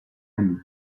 ami